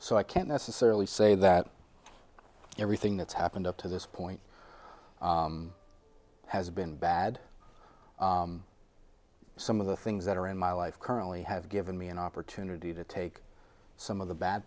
so i can't necessarily say that everything that's happened up to this point has been bad some of the things that are in my life currently have given me an opportunity to take some of the bad